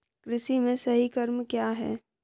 कृषि में सही क्रम क्या है?